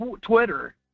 Twitter